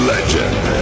Legend